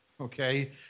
okay